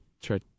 Try